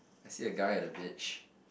I see that guy at the beach